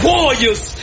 Warriors